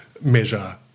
measure